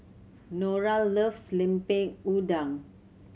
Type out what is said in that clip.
Norah loves Lemper Udang